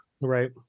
right